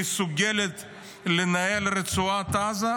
מסוגלת לנהל את רצועת עזה,